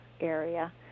area